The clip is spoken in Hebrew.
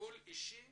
לטיפול אישי